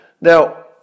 Now